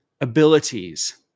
abilities